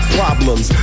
problems